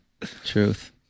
truth